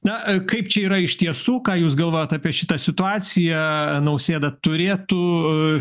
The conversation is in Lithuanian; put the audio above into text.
na kaip čia yra iš tiesų ką jūs galvojat apie šitą situaciją nausėda turėtų